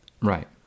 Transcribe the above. Right